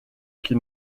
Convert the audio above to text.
qui